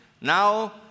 Now